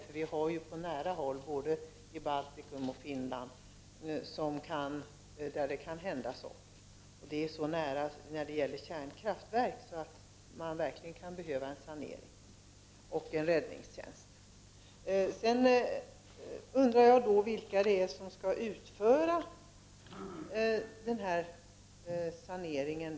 Vi har ju kärnkraftverk på nära håll, både i Baltikum och i Finland där det kan hända saker, och det är så nära när det gäller kärnkraftverk att man verkligen kan behöva en sanering och en räddningstjänst. Sedan undrar jag vilka det är som skall utföra saneringen.